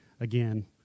again